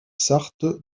sarthe